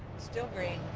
still green.